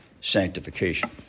sanctification